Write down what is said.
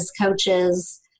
coaches